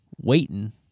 waiting